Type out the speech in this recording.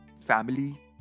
family